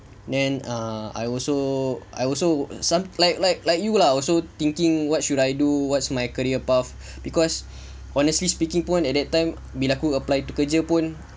then err I also I also same like like like you lah also thinking what should I do what's my career path because honestly speaking pun at that time bila aku apply itu kerja pun